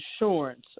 insurance